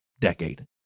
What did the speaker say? decade